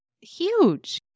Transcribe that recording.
huge